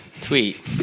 tweet